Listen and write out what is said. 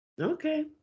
Okay